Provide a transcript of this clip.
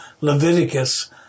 Leviticus